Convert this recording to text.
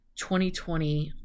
2020